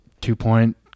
two-point